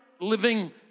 living